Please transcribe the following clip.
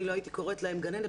אני לא הייתי קוראת להם גננת.